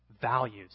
values